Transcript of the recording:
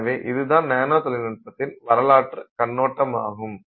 எனவே இதுதான் நானோ தொழில்நுட்பத்தின் வரலாற்று கண்ணோட்டமாகும்